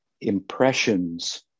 impressions